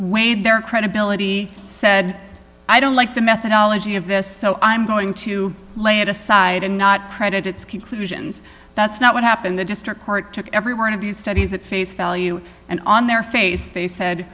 weighed their credibility said i don't like the methodology of this so i'm going to lay it aside and not credit its conclusions that's not what happened the district court took every one of these studies at face value and on their face they said